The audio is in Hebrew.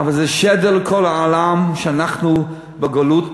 אבל זה שדר לכל העולם, שאנחנו בגלות קשה.